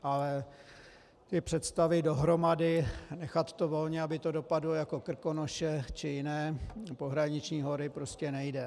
Ale ty představy dohromady nechat to volně, aby to dopadlo jako Krkonoše či jiné pohraniční hory, prostě nejde.